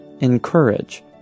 encourage